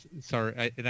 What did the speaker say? sorry